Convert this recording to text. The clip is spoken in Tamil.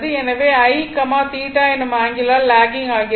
எனவே I θ எனும் ஆங்கிளால் லாகிங் ஆகிறது